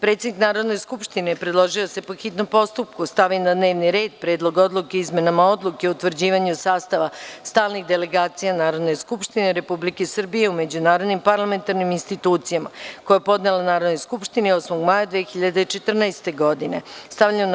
Predsednik Narodne skupštine Maja Gojković je predložila da se po hitnom postupku stavi na dnevni red Predlog Odluke o izmenama Odluke o utvrđivanju sastava stalnih delegacija Narodne skupštine Republike Srbije u međunarodnim parlamentarnim institucijama, koji je podnela Narodnoj skupštini 8. maja 2014. godine (Interparlamentarna unija)